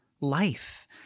life